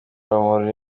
urumuri